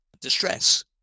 distress